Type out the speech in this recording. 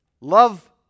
love